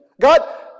God